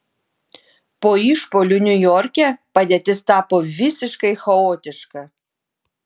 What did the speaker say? po išpuolių niujorke padėtis tapo visiškai chaotiška